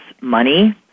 money